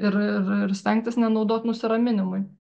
ir ir ir stengtis nenaudot nusiraminimui